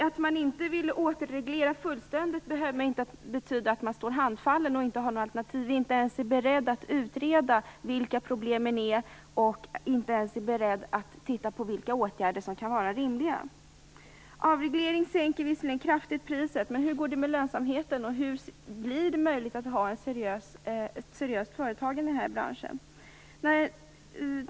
Att man inte vill återreglera fullständigt behöver inte betyda att man står handfallen och inte har några alternativ och inte ens är beredd att utreda vilka problemen är och inte är beredd att se vilka åtgärder som kan vara rimliga. Avreglering sänker visserligen priset kraftigt. Men hur går det med lönsamheten, och blir det möjligt att ha ett seriöst företagande i denna bransch?